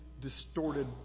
distorted